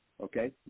Okay